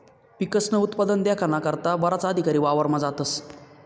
पिकस्नं उत्पादन देखाना करता बराच अधिकारी वावरमा जातस